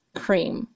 cream